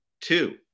Two